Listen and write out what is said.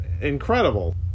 incredible